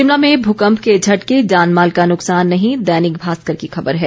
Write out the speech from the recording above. शिमला में भूकम्प के झटके जानमाल का नुकसान नहीं दैनिक भास्कर की खबर है